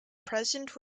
present